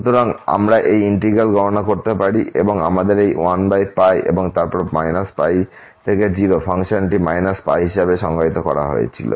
সুতরাং আমরা এই ইন্টিগ্র্যাল গণনা করতে পারি আমাদের 1 এবং তারপর -π থেকে 0 ফাংশনটি π হিসাবে সংজ্ঞায়িত করা হয়েছিল